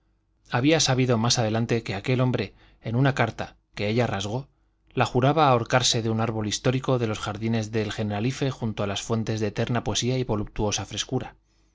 había sabido más adelante que aquel hombre que en una carta que ella rasgó la juraba ahorcarse de un árbol histórico de los jardines del generalife junto a las fuentes de eterna poesía y voluptuosa frescura